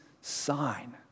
sign